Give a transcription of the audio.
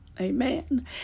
Amen